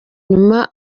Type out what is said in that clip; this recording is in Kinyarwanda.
nyuma